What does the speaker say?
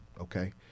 okay